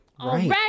already